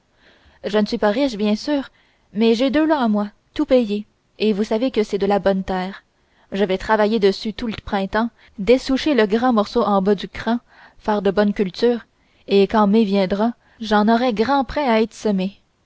je ne suis pas riche bien sûr mais j'ai deux lots à moi tout payés et vous savez que c'est de la bonne terre je vais travailler dessus tout le printemps dessoucher le grand morceau en bas du cran faire de bonnes clôtures et quand mai viendra jen aurai grand prêt à être semé